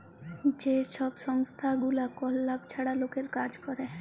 যে ছব সংস্থাগুলা কল লাভ ছাড়া লকের কাজ ক্যরে